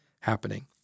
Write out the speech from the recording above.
happening